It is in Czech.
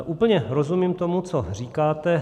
Úplně rozumím tomu, co říkáte.